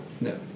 No